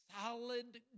solid